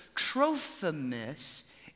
Trophimus